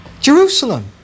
Jerusalem